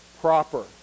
proper